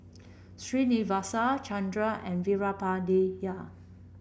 Srinivasa Chandra and Veerapandiya